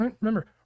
Remember